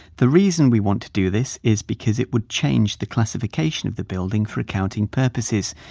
the reason we want to do this is because it would change the classification of the building for accounting purposes,